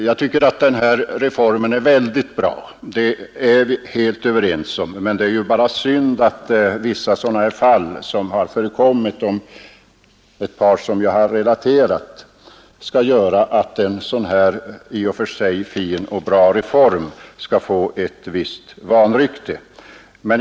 Jag tycker att den genomförda reformen är mycket bra, och det är vi helt överens om. Det är bara synd att vissa fall har förekommit — av vilka jag har relaterat ett par — som gör att en sådan i och för sig fin och bra reform får ett visst vanrykte.